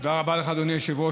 תודה רבה לך, אדוני היושב-ראש.